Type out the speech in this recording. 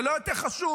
זה לא יותר חשוב?